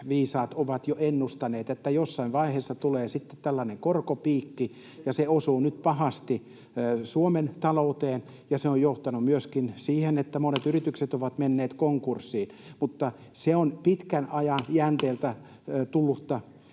talousviisaat ovat jo ennustaneet, että jossain vaiheessa tulee tällainen korkopiikki. Se osuu nyt pahasti Suomen talouteen, ja se on johtanut myöskin siihen, että monet yritykset ovat menneet konkurssiin. Mutta se on pitkän ajan jänteiltä tullutta